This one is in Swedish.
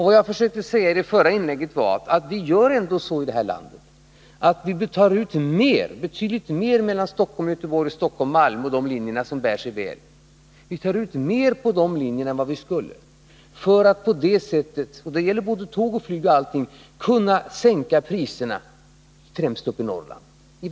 Vad jag försökte säga i mitt förra inlägg var att vi gör så i det här landet att vi tar ut betydligt mer pengar än vad vi egentligen skulle göra på linjerna Stockholm-Göteborg, Stockholm-Malmö och andra linjer som bär sig väl. Det gör vi för att därigenom kunna sänka priserna främst i Norrland.